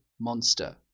monster